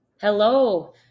Hello